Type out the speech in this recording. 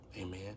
Amen